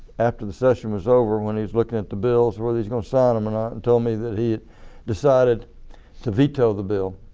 after the session was over when he was looking at the bills, whether he was going to sign them or not and told me that he decided to veto the bill